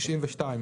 "92.